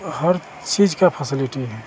हर चीज़ की फैसिलिटी है